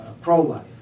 pro-life